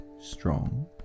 strong